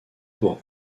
pour